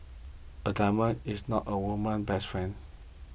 a diamond is not a woman's best friend